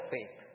Faith